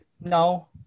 no